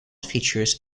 features